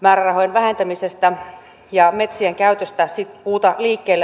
määrärahojen vähentämisestä ja metsien käytöstä puuta liikkeelle ajatuksella